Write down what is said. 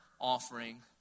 offering